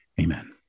Amen